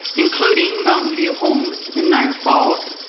including mountain view homes in niagra falls,